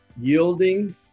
yielding